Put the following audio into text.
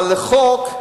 אבל לחוק,